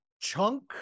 chunk